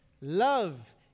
love